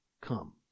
come